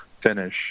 finish